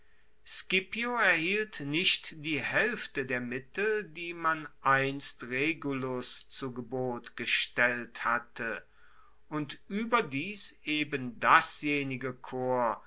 scipio erhielt nicht die haelfte der mittel die man einst regulus zu gebot gestellt hatte und ueberdies eben dasjenige korps